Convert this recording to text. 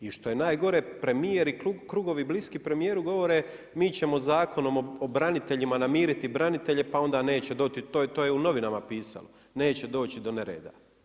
I što je najgore premjer i krugovi bliski premjeru govore mi ćemo Zakonom o braniteljima namiriti branitelje, pa onda neće, to je u novinama pisalo, neće doći do nereda.